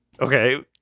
Okay